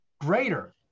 greater